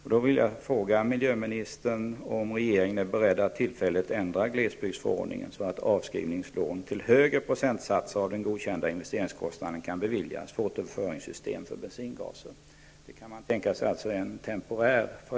Jag vill därför fråga miljöministern om regeringen är beredd att tillfälligt ändra glesbygdsförordningen, så att avskrivningslån till högre procentsatser av den godkända investeringskostnaden kan beviljas för återföringssystem för bensingaser.